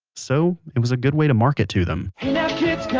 so it was a good way to market to them